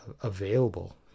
available